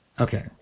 Okay